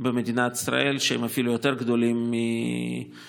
במדינת ישראל שהן אפילו יותר גדולות לצורך